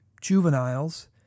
juveniles